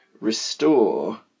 restore